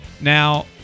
Now